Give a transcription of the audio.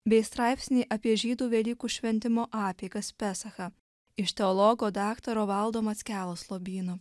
bei straipsnį apie žydų velykų šventimo apeigas pesachą iš teologo daktaro valdo mackelos lobyno